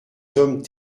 hommes